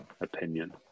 opinion